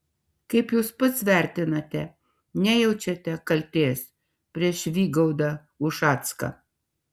kaip jūs pats vertinate nejaučiate kaltės prieš vygaudą ušacką